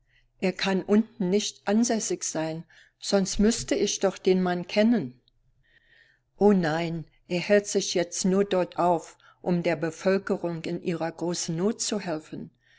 er kann unten nicht ansässig sein sonst müßte ich doch den mann kennen o nein er hält sich jetzt nur dort auf um der bevölkerung in ihrer großen not zu helfen